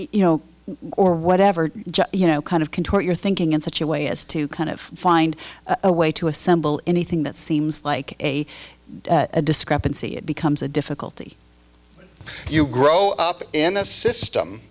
you know or whatever just you know kind of contort your thinking in such a way as to kind of find a way to assemble anything that seems like a discrepancy it becomes a difficulty you grow up in a system